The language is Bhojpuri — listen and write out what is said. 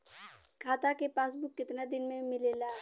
खाता के पासबुक कितना दिन में मिलेला?